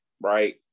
right